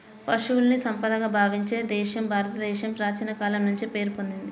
పశువుల్ని సంపదగా భావించే దేశంగా భారతదేశం ప్రాచీన కాలం నుంచే పేరు పొందింది